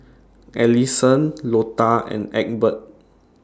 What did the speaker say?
Allisson Lota and Egbert